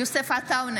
יוסף עטאונה